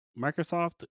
Microsoft